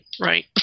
Right